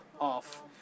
off